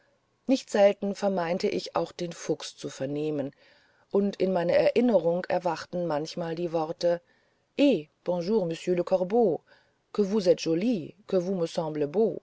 nicht selten vermeinte ich auch den fuchs zu vernehmen und in meiner erinnerung erwachten manchmal die worte he